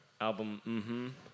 album